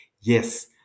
Yes